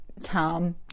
Tom